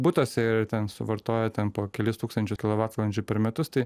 butuose ir ten suvartoja ten po kelis tūkstančius kilovatvalandžių per metus tai